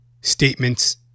statements